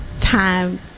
time